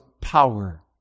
power